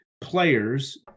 players